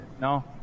No